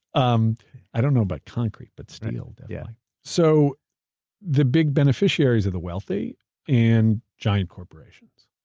um i don't know about concrete, but steel. yeah so the big beneficiaries are the wealthy and giant corporations.